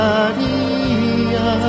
Maria